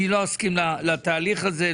אני לא אסכים לתהליך הזה,